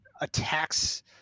attacks